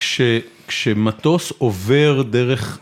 ‫כשמטוס עובר דרך...